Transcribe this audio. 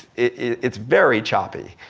it's very choppy